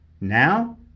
Now